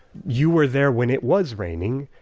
you were there when it was raining.